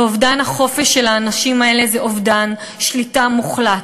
ואובדן החופש של האנשים האלה הוא אובדן שליטה מוחלט,